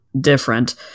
different